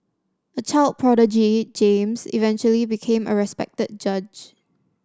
a child prodigy James eventually became a respected judge